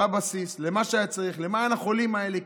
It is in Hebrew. בבסיס, למה שהיה צריך, למען החולים האלה.